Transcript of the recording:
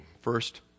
First